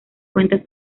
cuentan